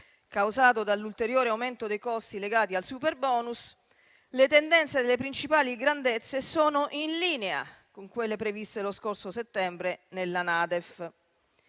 causato dall'ulteriore aumento dei costi legati al superbonus, le tendenze delle principali grandezze sono in linea con quelle previste dallo scorso settembre nella NADEF.